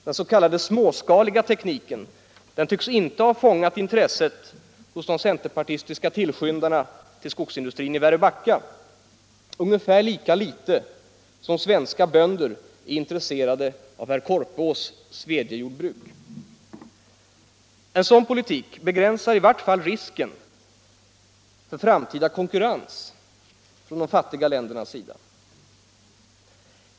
Den s.k. ”småskaliga” tekniken tycks ha fångat intresset hos de centerpartistiska tillskyndarna av skogsindustrin i Väröbacka ungefär lika litet som svenska bönder är intresserade av herr Korpås svedjejordbruk. En sådan politik begränsar i vart fall risken för framtida konkurrens från de fattiga ländernas-sida.